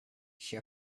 she